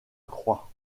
croix